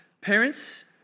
Parents